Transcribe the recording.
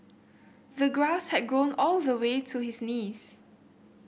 the grass had grown all the way to his knees